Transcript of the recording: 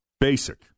basic